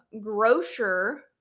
Grocer